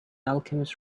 alchemist